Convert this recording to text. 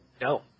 No